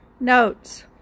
Notes